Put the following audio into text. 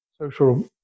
social